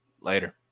Later